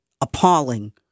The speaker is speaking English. appalling